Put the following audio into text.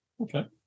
Okay